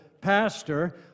pastor